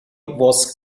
was